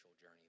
journey